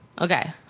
Okay